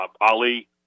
Ali